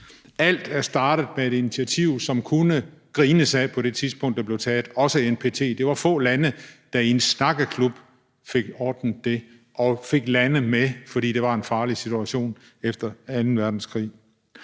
Alt er startet med et initiativ, som kunne grines ad på det tidspunkt, hvor det blev taget, også NPT. Det var få lande, der i en snakkeklub fik ordnet det og fik lande med, fordi det var en farlig situation efter anden verdenskrig.